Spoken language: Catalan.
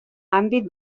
àmbit